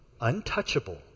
untouchable